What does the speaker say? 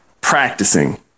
practicing